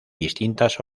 distintas